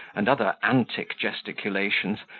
and other antic gesticulations,